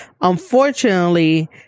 unfortunately